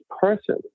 person